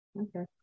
Okay